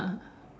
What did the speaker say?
ah